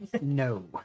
No